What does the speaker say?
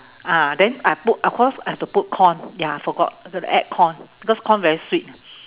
ah then I put of course I have to put corn ya I forgot got to add corn because corn very sweet